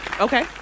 Okay